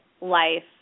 life